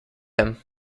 him